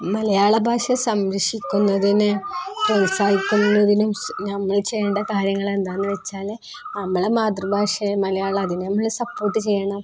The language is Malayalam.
മലയാളഭാഷ സംരക്ഷിക്കുന്നതിനും പ്രോത്സാഹിപ്പിക്കുന്നതിനും നമ്മൾ ചെയ്യേണ്ട കാര്യങ്ങള് എന്താണെന്നുവെച്ചാല് നമ്മുടെ മാതൃഭാഷയായ മലയാളം അതിനെ നമ്മള് സപ്പോർട്ട് ചെയ്യണം